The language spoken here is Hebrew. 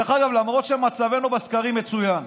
דרך אגב, למרות שמצבנו בסקרים מצוין,